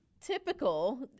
typical